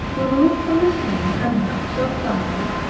removed from the scene and rout so clamorous,